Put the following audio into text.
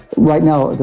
right now,